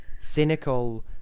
cynical